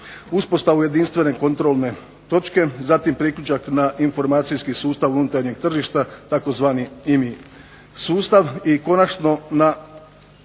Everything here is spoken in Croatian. uspostavu jedinstvene kontrolne točke, zatim priključak na informacijski sustav unutarnjeg tržišta tzv. "IMI sustav" i konačno na